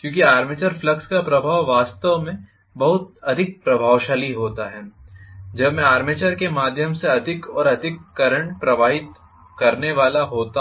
क्योंकि armature flux का प्रभाव वास्तव में बहुत अधिक प्रभावशाली होता है जब मैं आर्मेचर के माध्यम से अधिक और अधिक करंट प्रवाहित करने वाला होता हूं